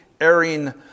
airing